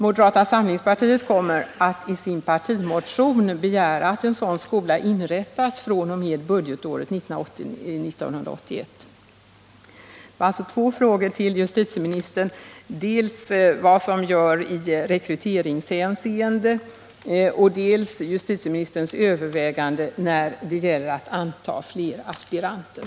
Moderata samlingspartiet kommer att i sin partimotion begära att en sådan skola inrättas fr.o.m. budgetåret 1981/82. Det var alltså två frågor till justitieministern gällande dels vad som görs i rekryteringshänseende, dels justitieministerns övervägande när det gäller att anta fler aspiranter.